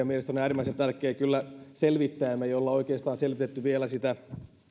mielestäni tämä on äärimmäisen tärkeää kyllä selvittää me emme ole oikeastaan selvittäneet vielä sitä